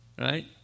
right